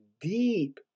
deep